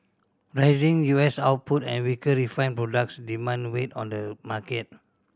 rising U S output and weaker refined products demand weighed on the market